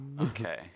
Okay